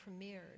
premiered